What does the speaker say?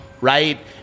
Right